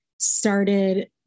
started